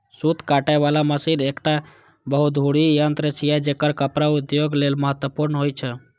सूत काटे बला मशीन एकटा बहुधुरी यंत्र छियै, जेकर कपड़ा उद्योग लेल महत्वपूर्ण होइ छै